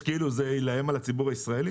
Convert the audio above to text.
זה כאילו נגד הציבור הישראלי?